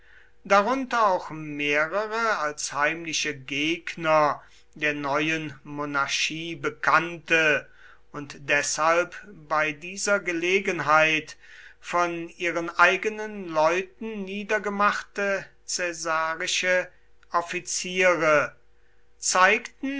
darunter auch mehrere als heimliche gegner der neuen monarchie bekannte und deshalb bei dieser gelegenheit von ihren eigenen leuten niedergemachte caesarische offiziere zeigten